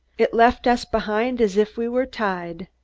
it left us behind as if we were tied.